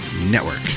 Network